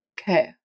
Okay